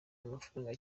amafaranga